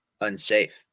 unsafe